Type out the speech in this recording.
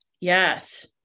Yes